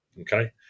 Okay